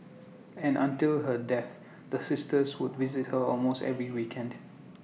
and until her death the sisters would visit her almost every weekend